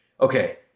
okay